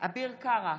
אביר קארה,